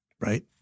right